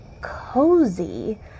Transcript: cozy